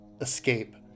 escape